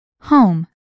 Home